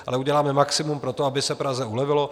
Ale uděláme maximum pro to, aby se Praze ulevilo.